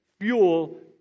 fuel